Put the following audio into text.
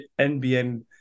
NBN